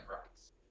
rights